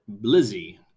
Blizzy